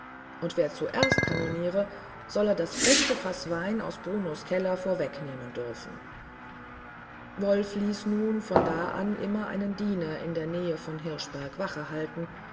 und wer zuerst kanoniere solle das beste faß wein aus kunos keller vorweg nehmen dürfen wolf ließ nun von da an immer einen diener in der nähe von hirschberg wache halten